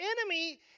enemy